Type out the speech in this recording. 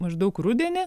maždaug rudenį